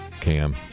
Cam